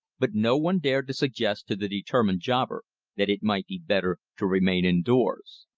but no one dared to suggest to the determined jobber that it might be better to remain indoors.